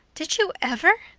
did you ever?